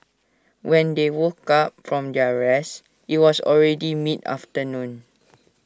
when they woke up from their rest IT was already mid afternoon